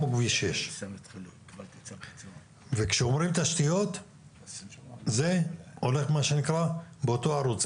כמו כביש 6. כשאומרים תשתיות זה הולך באותו ערוץ,